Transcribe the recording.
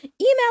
Email